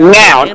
now